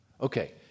Okay